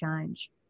change